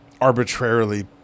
arbitrarily